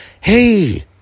Hey